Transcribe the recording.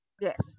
Yes